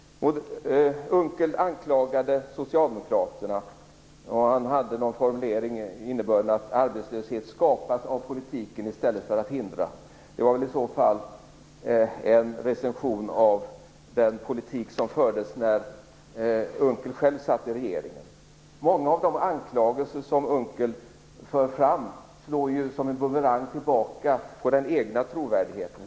Unckel anklagade Socialdemokraterna. Han hade en formulering med innebörden att arbetslöshet skapas, i stället för att förhindras, av politiken. Det var i så fall en recension av den politik som fördes när Många av de anklagelser som Unckel för fram slår ju som en bumerang tillbaka på den egna trovärdigheten.